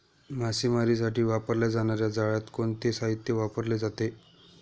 मासेमारीसाठी वापरल्या जाणार्या जाळ्यात कोणते साहित्य वापरले जाते?